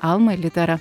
alma littera